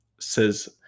says